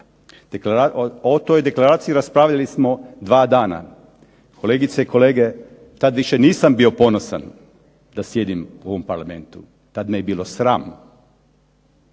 O toj deklaraciji raspravljali smo dva dana. Kolegice i kolege, tad više nisam bio ponosan da sjedim u ovom Parlamentu, tad me je bilo sram.